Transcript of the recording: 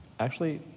actually,